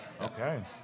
Okay